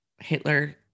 Hitler